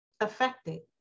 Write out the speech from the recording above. affected